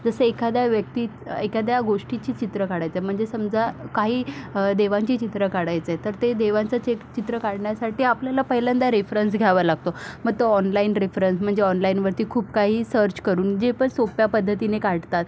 जसं एखाद्या व्यक्ती एखाद्या गोष्टीची चित्र काढायचं आहे म्हणजे समजा काही देवांची चित्रं काढायचं आहे तर ते देवांचं ते चित्र काढण्यासाठी आपल्याला पहिल्यांदा रेफ्रन्स घ्यावा लागतो मग तो ऑनलाईन रेफ्रन्स म्हणजे ऑनलाईनवरती खूप काही सर्च करून जे पण सोप्या पद्धतीने काढतात